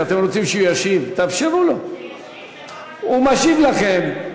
תאפשרו לו לענות לכם.